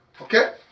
okay